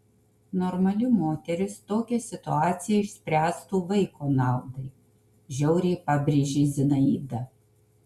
normali moteris tokią situaciją išspręstų vaiko naudai žiauriai pabrėžė zinaida